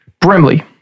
Brimley